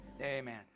Amen